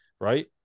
Right